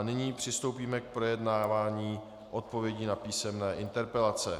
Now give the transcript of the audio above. Nyní přistoupíme k projednávání odpovědí na písemné interpelace.